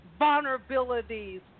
vulnerabilities